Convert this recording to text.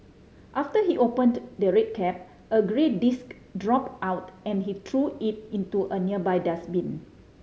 after he opened the red cap a grey disc dropped out and he threw it into a nearby dustbin